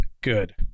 good